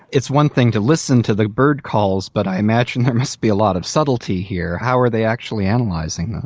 it's one thing to listen to the bird calls, but i imagine there must be a lot of subtlety here. how are they actually and like analysing them?